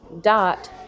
dot